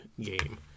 game